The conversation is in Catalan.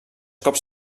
cops